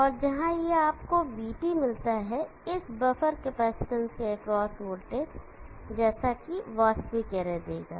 और जहां यह आपको vT मिलता है इस बफर कैपेसिटर के एक्रॉस वोल्टेज जैसा कि वास्तविक एरे देगा